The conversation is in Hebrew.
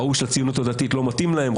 ההוא של הציונות הדתית לא מתאים להם,